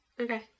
Okay